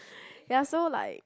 ya so like